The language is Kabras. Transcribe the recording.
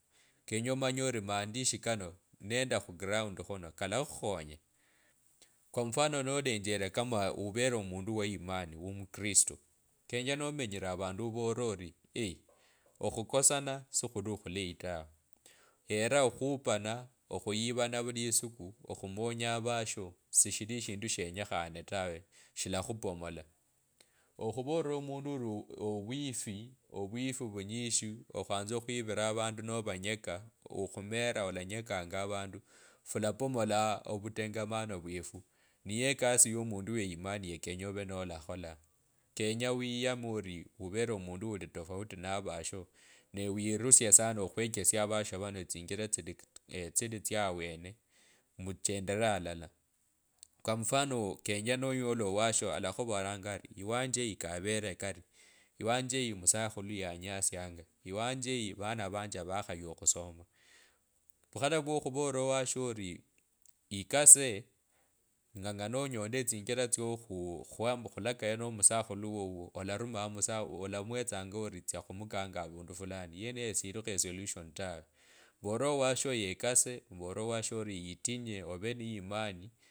Kenye omanye ori maandishi kano nende khugroundi khuno kalakhukhoya kw mfano nolengele kama uvele omundu wa imani umukristo kenye nomenyire avundu ovore ori okhukosana sukhuli okhulayi tawe year okhupana okhuyivana vuli isiku, okhumonya avatsyo shichira eshindu shenyekhane tawe shilakupomola okhuborira omundu ori uu ovwifi ovwifi vunyishi okhwanza khwivira avandu novanyeka okhumera olanyekanga avandu fulaponola ovutengamano byefu, niyo ekasi yo mungu wa imani kenyakha ovenolakhola kenye wiyama ori uvere omundu ulitofauti na ovatsyov be wirusie okhwejesia abasho bano tsingila tsili tsili tsa awene muchendele alala kwa mfano kenye nonyola owasho alakhubolelanga ari iwanje eyo kavere kari iwanje eyi omusakhulu yangasianga iwanje eii vana vanje vakhaywa okhusoma vukhala vwakhuvurera washo ori ikase ong’ang’ana onyole etsnjira tso khuu uu khwambu khulakaya na musakhulu wowo olarumanga msa alamwetsanga ori tsakhumukanga avundu fulani yeneyo silikhu resolution tawe volira owatsio yekase vora washo ori itinyu ove nende imani.